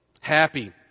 Happy